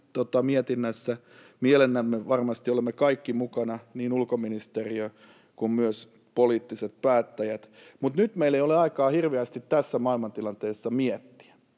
mietinnässä mielellämme varmasti olemme kaikki mukana, niin ulkoministeriö kuin myös poliittiset päättäjät, mutta nyt meillä ei ole aikaa hirveästi tässä maailmantilanteessa miettiä.